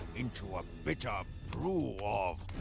into a bitter brew of,